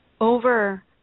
over